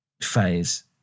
phase